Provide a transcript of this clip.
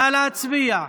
נא להצביע.